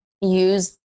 use